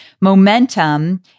momentum